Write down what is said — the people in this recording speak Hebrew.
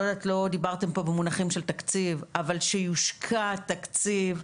לא דיברתם פה במונחים של תקציב, אבל שיושקע תקציב,